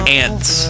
ants